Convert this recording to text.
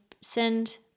send